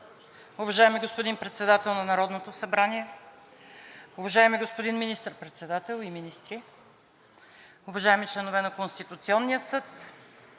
уважаеми господин Председател на Народното събрание, уважаеми господин Министър-председател и министри, уважаеми членове на Конституционния съд,